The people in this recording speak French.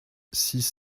six